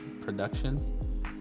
production